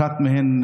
אחת מהן,